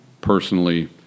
personally